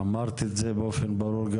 אמרת את זה באופן ברור.